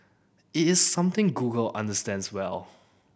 it is something Google understands well